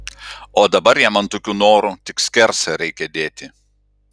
o dabar jam ant tokių norų tik skersą reikia dėti